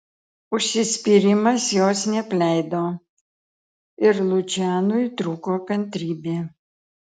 užsispyrimas jos neapleido ir lučianui trūko kantrybė